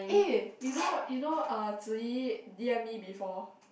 eh you know you know uh Zi-Yi d_m me before